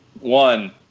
One